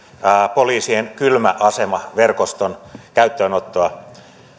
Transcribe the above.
poliisien kylmäasemaverkoston käyttöönottoa